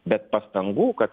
be pastangų kad